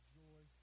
joy